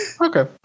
Okay